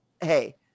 hey